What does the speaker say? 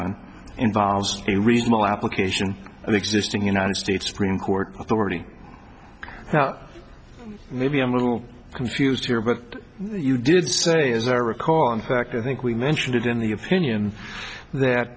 chapman involves a reasonable application of existing united states supreme court authority maybe i'm a little confused here but you did say as i recall in fact i think we mentioned in the opinion that